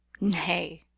nay,